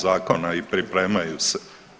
zakona i pripremaju se.